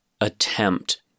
attempt